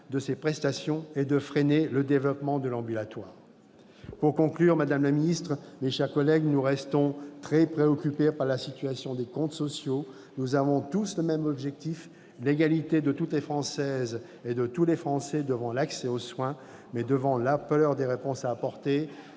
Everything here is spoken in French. de ces prestations et de freiner le développement de l'ambulatoire. Pour conclure, madame la ministre, mes chers collègues, nous restons très préoccupés par la situation des comptes sociaux. Nous avons tous le même objectif : l'égalité de toutes les Françaises et de tous les Français devant l'accès aux soins. Mais, devant l'ampleur des réponses à apporter,